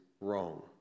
wrong